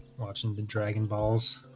watching the dragon balls.